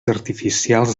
artificials